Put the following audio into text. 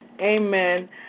Amen